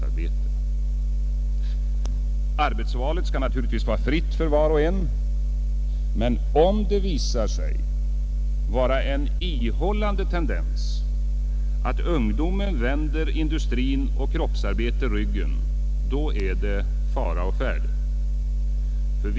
Arbetsvalet skall naturligtvis vara fritt för var och en, men om det visar sig vara en ihållande tendens att ungdomarna vänder industrin och kroppsarbetet ryggen är det fara å färde.